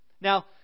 Now